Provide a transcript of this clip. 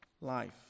life